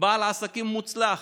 בעל עסקים מוצלח,